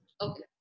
Okay